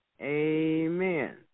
Amen